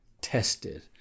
tested